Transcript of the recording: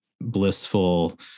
blissful